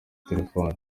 telefone